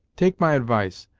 take my advice,